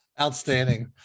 outstanding